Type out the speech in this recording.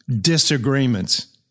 disagreements